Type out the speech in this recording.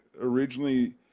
originally